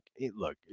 look